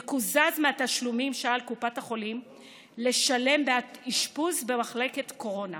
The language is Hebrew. יקוזז מהתשלומים שעל קופת החולים לשלם בעד אשפוז במחלקת קורונה